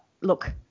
look